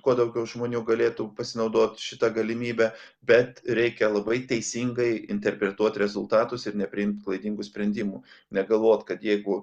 kuo daugiau žmonių galėtų pasinaudot šita galimybe bet reikia labai teisingai interpretuot rezultatus ir nepriimt klaidingų sprendimų negalvot kad jeigu